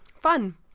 Fun